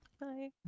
Bye